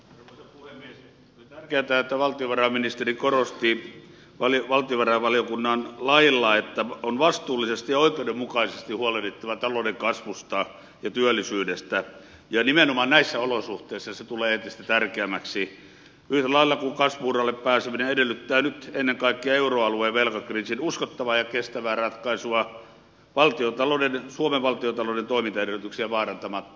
on tärkeätä että valtiovarainministeri korosti valtiovarainvaliokunnan lailla että on vastuullisesti ja oikeudenmukaisesti huolehdittava talouden kasvusta ja työllisyydestä ja nimenomaan näissä olosuhteissa se tulee entistä tärkeämmäksi yhtä lailla kuin kasvu uralle pääseminen edellyttää nyt ennen kaikkea euroalueen velkakriisin uskottavaa ja kestävää ratkaisua suomen valtiontalouden toimintaedellytyksiä vaarantamatta